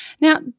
Now